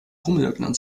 rumnörglern